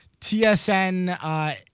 TSN